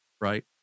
right